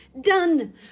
Done